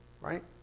right